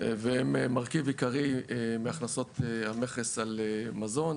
והם מרכיב עיקרי בהכנסות המכס על מזון,